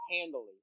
handily